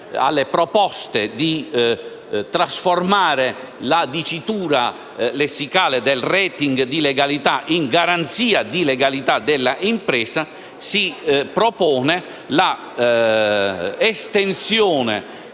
alle proposte di trasformare la dicitura lessicale del *rating* di legalità in garanzia di legalità dell'impresa, si propone l'estensione